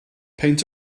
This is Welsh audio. peint